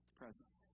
presence